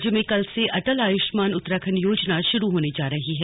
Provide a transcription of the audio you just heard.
राज्य में कल से अटल आयुष्मान उत्तराखंड योजना शुरू होने जा रही है